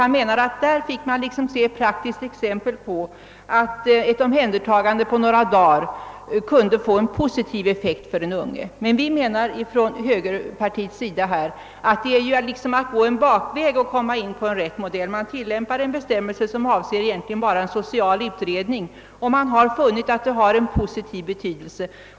Han menade att man här får se praktiskt exempel på att ett omhändtagande på några dagar kan medföra en positiv effekt för den unga människan. Men vi i högerpartiet menar att det är att liksom gå en bakväg för att få en riktig modell. Ifrågavarande bestämmelse avser egentligen omhändertagande för social utredning, och man har funnit att det har en positiv betydelse.